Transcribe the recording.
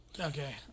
Okay